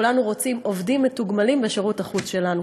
וכולנו רוצים עובדים מתוגמלים לשירות החוץ שלנו,